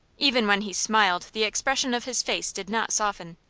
even when he smiled the expression of his face did not soften.